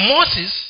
Moses